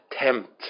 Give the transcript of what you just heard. attempt